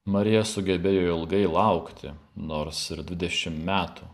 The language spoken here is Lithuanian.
marija sugebėjo ilgai laukti nors ir dvidešim metų